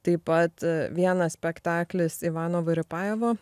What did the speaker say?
taip pat vienas spektaklis ivano vyrypajevo